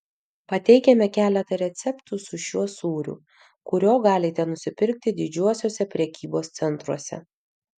pateikiame keletą receptų su šiuo sūriu kurio galite nusipirkti didžiuosiuose prekybos centruose